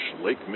Lake